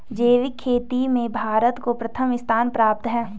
जैविक खेती में भारत को प्रथम स्थान प्राप्त है